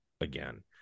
again